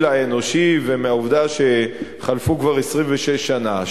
האנושי ומהעובדה שחלפו כבר 26 שנה,